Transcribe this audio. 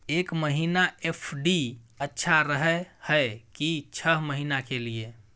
एक महीना एफ.डी अच्छा रहय हय की छः महीना के लिए?